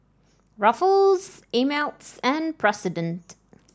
Ruffles Ameltz and President